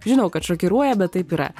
žinau kad šokiruoja bet taip yra